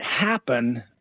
happen